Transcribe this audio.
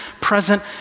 present